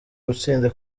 gutsinda